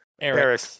Eric